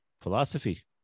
philosophy